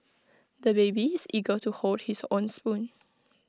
the baby is eager to hold his own spoon